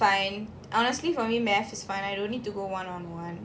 depends on the subject lah math is fine honestly for me math is fine I don't need to go one on one